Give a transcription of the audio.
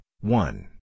one